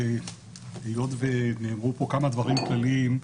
היות שנאמרו פה כמה דברים כלליים,